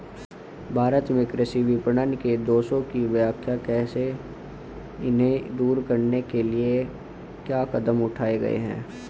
भारत में कृषि विपणन के दोषों की व्याख्या करें इन्हें दूर करने के लिए क्या कदम उठाए गए हैं?